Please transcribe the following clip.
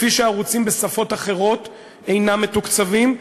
כפי שערוצים בשפות אחרות אינם מתוקצבים,